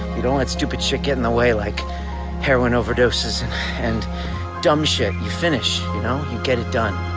you don't let stupid shit get in the way like heroin overdoses and dumb shit, you finish, you know you get it done.